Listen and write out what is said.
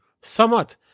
Somewhat